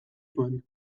zuen